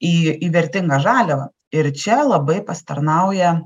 į į vertingą žaliavą ir čia labai pasitarnauja